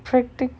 practic~